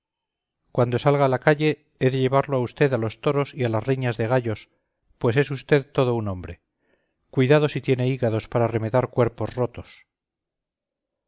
cuando salga a la calle he de llevarlo a usted a los toros y a las riñas de gallos pues es usted todo un hombre cuidado si tiene hígados para remendar cuerpos rotos